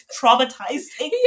traumatizing